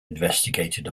investigated